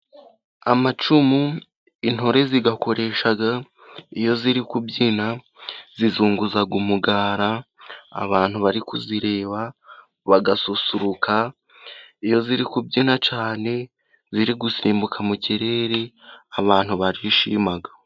Amacumu intore zigakoresha iyo ziri kubyina, zizunguza umugara abantu bari kuzireba bagasusuruka, iyo ziri kubyina cyane, ziri gusimbuka mu kirere, abantu barishima.